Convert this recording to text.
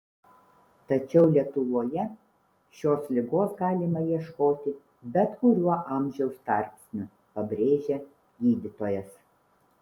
tačiau lietuvoje šios ligos galima ieškoti bet kuriuo amžiaus tarpsniu pabrėžia gydytojas